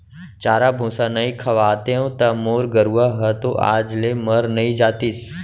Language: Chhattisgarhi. चारा भूसा नइ खवातेंव त मोर गरूवा ह तो आज ले मर नइ जातिस